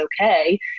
okay